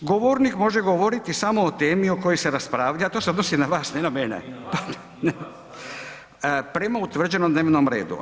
Govornik može govoriti samo o temi o kojoj se raspravlja, to se odnosi na vas a ne na mene, prema utvrđenom dnevnom redu.